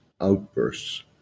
outbursts